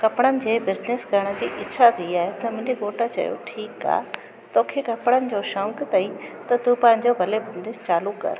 कपिड़नि जे बिज़निस करण जी इछा थी आहे त मुंहिंजे घोठु चयो ठीकु आहे तोखे कपिड़नि जो शौक़ु अथईं त तूं पंहिंजो भले बिज़निस चालू कर